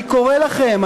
אני קורא לכם,